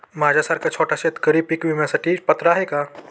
माझ्यासारखा छोटा शेतकरी पीक विम्यासाठी पात्र आहे का?